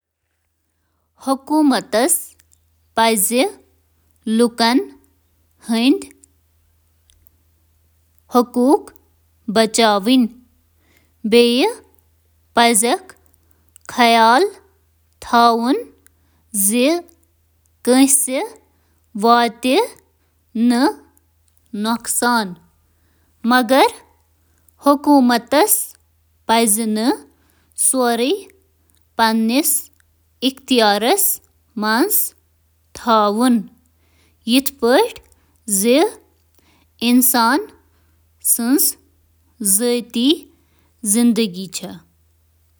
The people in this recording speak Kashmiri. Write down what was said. حکومت چِھ سمأجی مسلن حل کرنہٕ تہٕ صحتمند طرزٕ عملس فروغ دینہٕ خاطرٕ ذأتی رویہٕ منظم کران۔ حکوٗمت ہیٚکہِ رٔویہ بدلاونہٕ خٲطرٕ مُختٔلِف قٕسمٕک پالیسی آلات استعمال کٔرِتھ، یَتھ منٛز شٲمِل چھِ: مراعات ، پابٔنٛدی تہٕ مینڈیٹ، معلوٗمٲتی مُہِمہٕ، تہٕ نوج۔